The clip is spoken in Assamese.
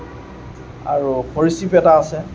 আৰু সৰীসৃপ এটা আছে